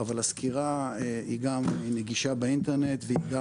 אבל הסקירה היא גם נגישה באינטרנט וגם